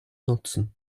nutzen